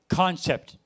concept